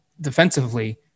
defensively